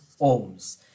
ohms